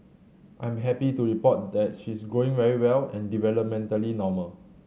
I'm happy to report that she's growing very well and developmentally normal